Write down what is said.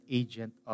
agent